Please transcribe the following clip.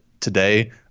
today